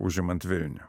užimant vilnių